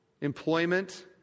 employment